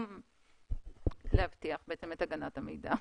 הגנת המידע.